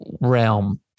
realm